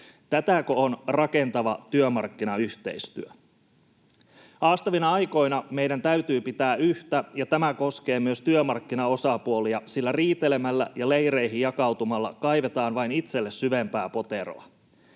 Tätäkö on rakentava työmarkkinayhteistyö? Haastavina aikoina meidän täytyy pitää yhtä, ja tämä koskee myös työmarkkinaosapuolia, sillä riitelemällä ja leireihin jakautumalla kaivetaan vain itselle syvempää poteroa.